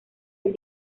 del